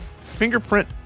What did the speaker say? Fingerprint